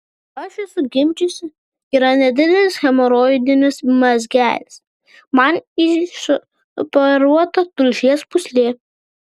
aš esu gimdžiusi yra nedidelis hemoroidinis mazgelis man išoperuota tulžies pūslė